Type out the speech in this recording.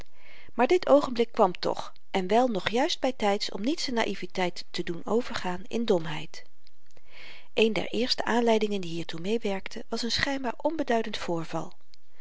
maar dit oogenblik kwam toch en wel nog juist by tyds om niet z'n naïveteit te doen overgaan in domheid een der eerste aanleidingen die hiertoe meewerkten was n schynbaar onbeduidend voorval